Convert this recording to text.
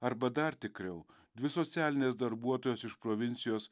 arba dar tikriau dvi socialinės darbuotojos iš provincijos